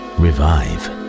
revive